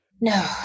no